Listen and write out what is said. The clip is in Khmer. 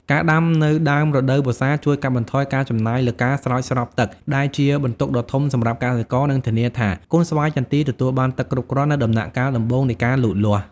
ការដាំនៅដើមរដូវវស្សាជួយ កាត់បន្ថយការចំណាយលើការស្រោចស្រពទឹក ដែលជាបន្ទុកដ៏ធំសម្រាប់កសិករ និងធានាថាកូនស្វាយចន្ទីទទួលបានទឹកគ្រប់គ្រាន់នៅដំណាក់កាលដំបូងនៃការលូតលាស់។